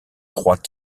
trois